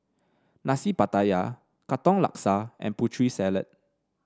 Nasi Pattaya Katong Laksa and Putri Salad